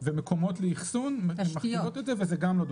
לא למנוע את זה בחוק.